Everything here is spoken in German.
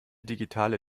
digitale